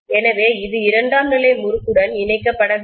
எனவே இது இரண்டாம் நிலை முறுக்குடன் இணைக்கப் படவில்லை